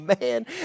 man